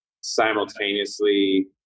simultaneously